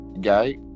guy